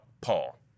Paul